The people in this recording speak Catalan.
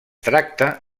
tracta